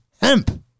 hemp